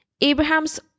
Abraham's